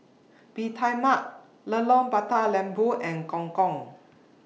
Mee Tai Mak Mata Lembu and Gong Gong